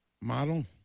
model